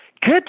Good